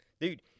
Dude